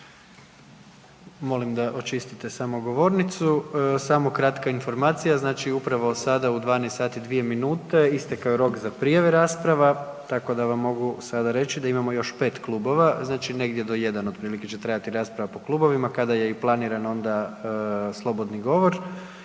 Molim da očistite samo govornicu. Samo kratka informacija znači upravo sada u 12 sati i 2 minute istekao je rok za prijave rasprava tako da vam mogu sada reći da imamo još 5 klubova. Znači do 1 otprilike će trajati rasprava po klubovima kada je i planiran onda slobodni govor,